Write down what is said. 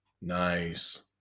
Nice